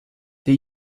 they